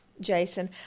Jason